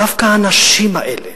דווקא האנשים האלה,